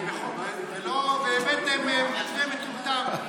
והבאתם מתווה מטומטם.